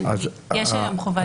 כן, יש היום חובת בידוד.